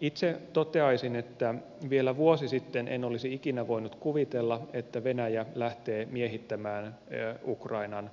itse toteaisin että vielä vuosi sitten en olisi ikinä voinut kuvitella että venäjä lähtee miehittämään ukrainan